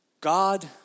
God